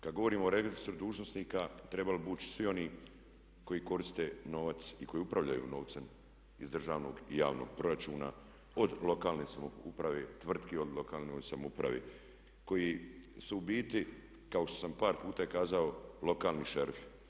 Kad govorimo o registru dužnosnika trebali bi ući svi oni koji koriste novac i koji upravljaju novcem iz državnog i javnog proračuna, od lokalne samouprave, tvrtki u lokalnoj samoupravi koji su u biti kao što sam par puta i kazao lokalni šerifi.